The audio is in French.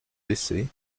baissé